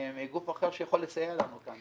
מגוף אחר שיכול לסייע לנו כאן.